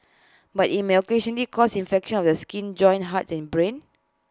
but IT may occasionally cause infections of the skin joints heart and brain